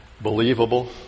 believable